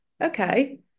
okay